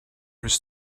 his